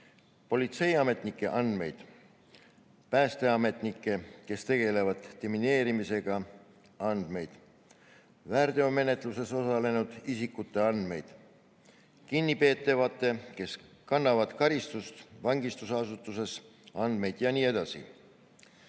politseiametnike andmeid, päästeametnike, kes tegelevad demineerimisega, andmeid, väärteomenetluses osalenud isikute andmeid, kinnipeetavate, kes kannavad karistust vangistusasutuses, andmeid jne.